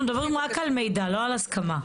אנחנו מדברים רק על מידע, לא על הסכמה.